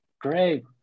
great